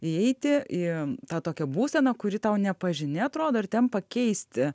įeiti į tą tokią būseną kuri tau nepažini atrodo ir ten pakeisti